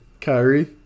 Kyrie